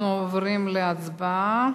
אנחנו עוברים להצבעה.